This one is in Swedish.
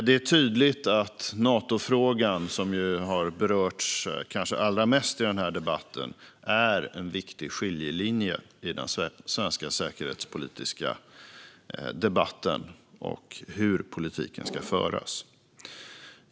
Det är tydligt att Natofrågan, som har berörts kanske allra mest i den här debatten, är en viktig skiljelinje i den svenska debatten om säkerhetspolitik och hur den ska föras.